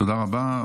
תודה רבה.